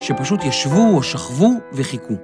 שפשוט ישבו או שכבו, וחיכו.